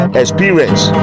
experience